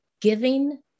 giving